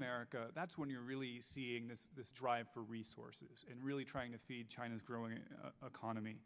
america that's when you're really seeing this drive for resources and really trying to feed china's growing economy